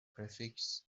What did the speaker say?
prefix